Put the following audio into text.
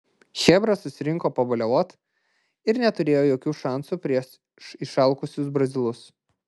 chebra susirinko pabaliavot ir neturėjo jokių šansų prieš išalkusius brazilus